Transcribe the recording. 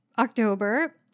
october